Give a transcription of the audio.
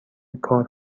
کار